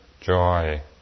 joy